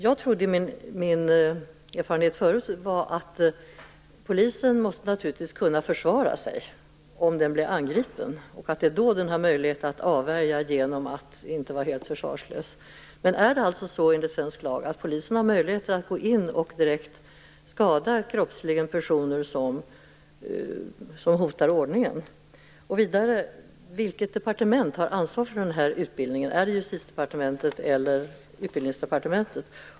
Det är min erfarenhet sedan tidigare att polisen naturligtvis måste kunna försvara sig om den blir angripen, och det är då den har möjlighet att avvärja något genom att inte vara helt försvarslös. Men är det så enligt svensk lag att polisen har möjlighet att gå in och direkt kroppsligen skada personer som hotar ordningen? Och vidare: Vilket departement har ansvar för utbildningen? Är det Justitiedepartementet eller Utbildningsdepartementet?